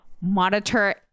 monitor